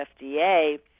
FDA